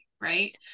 right